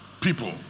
people